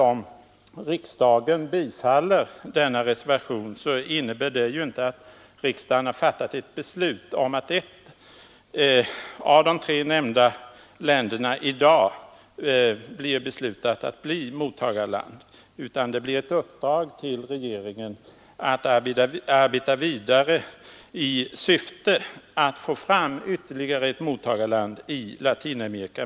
Om riksdagen bifaller denna reservation, innebär det inte att riksdagen i dag fattar beslutet om vilket av de tre nämnda länderna som skall bli mottagarland, men det innebär ett uppdrag till regeringen att arbeta vidare i syfte att få fram ytterligare ett mottagarland i den kretsen av länder i Latinamerika.